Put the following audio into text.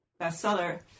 bestseller